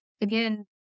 again